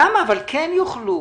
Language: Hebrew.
אבל כן יוכלו.